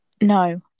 No